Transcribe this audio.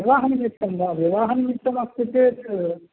विवाहः निश्चितः वा विवाहः निश्चितमस्ति चेत्